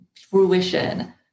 fruition